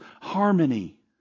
harmony